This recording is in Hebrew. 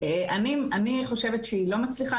אני חושבת שהיא לא מצליחה.